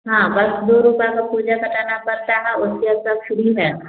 हाँ बस दो रुपये का पुर्ज़ा काटाना पड़ता है उसके बाद सब फ़्री है